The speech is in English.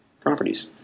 properties